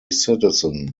citizen